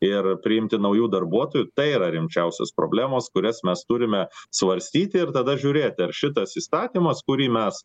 ir priimti naujų darbuotojų tai yra rimčiausios problemos kurias mes turime svarstyti ir tada žiūrėti ar šitas įstatymas kurį mes